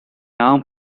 arm